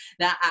now